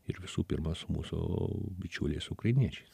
ir visų pirma su mūsų bičiuliais ukrainiečiais